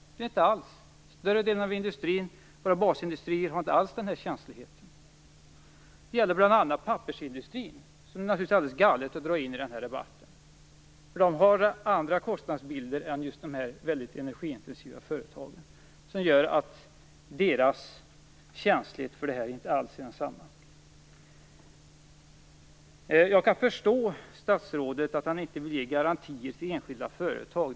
Så är det inte alls. Större delen av våra basindustrier har inte alls denna känslighet. Det gäller bl.a. pappersindustrin, som det naturligtvis är alldeles galet att dra in i denna debatt. Den har en helt annan kostnadsbild än just dessa mycket energiintensiva företagen som gör att deras känslighet för detta inte alls är densamma. Jag kan förstå att statsrådet inte vill ge garantier till enskilda företag.